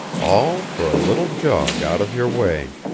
all for a little jog out of your way.